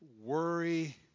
worry